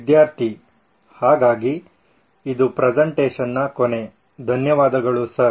ವಿದ್ಯಾರ್ಥಿ ಹಾಗಾಗಿ ಇದು ಪ್ರಸೆಂಟೇಷನ್ನ ಕೊನೆ ಧನ್ಯವಾದಗಳು ಸರ್